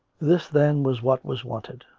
this, then, was what was wanted